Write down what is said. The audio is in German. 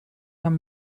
haben